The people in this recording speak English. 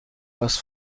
was